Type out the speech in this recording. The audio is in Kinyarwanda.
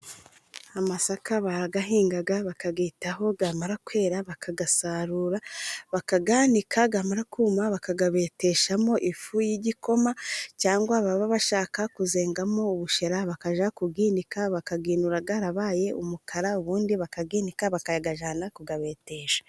Amasaka barayahinga bakayitaho. Yamara kwera bakayasarura, bakayanika. Yamara kuma bakayabeteshamo ifu y'igikoma, cyangwa baba bashaka kuzengamo ubushera bakajya kuyinika, bakayinura yararabaye umukara, ubundi bakayanika bakajya kuyabetesha.